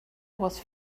was